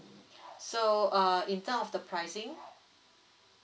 so err in terms of the pricing